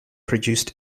produced